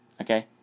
okay